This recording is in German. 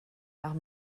nach